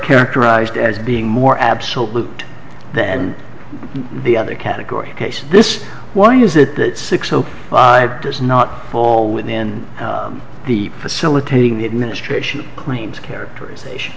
characterized as being more absolute than the other category case this why is it that six o five does not fall within the facilitating the administration claims characterization